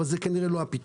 אבל זה כנראה לא הפתרון.